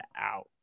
out